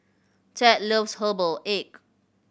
Thad loves herbal egg